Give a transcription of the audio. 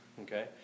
okay